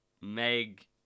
Meg